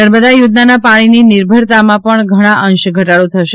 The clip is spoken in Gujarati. નર્મદા યોજનાના પાણીની નિર્ભરતામાં પણ ઘણા અંશે ઘટાડો થશે